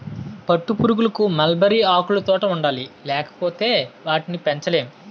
పట్టుపురుగులకు మల్బరీ ఆకులుతోట ఉండాలి లేపోతే ఆటిని పెంచలేము